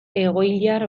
egoiliar